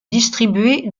distribuée